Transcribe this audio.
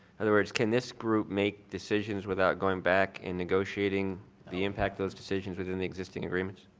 otherwise, can this group make decisions without going back and negotiating the impact those decisions within the existing agreements?